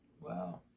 Wow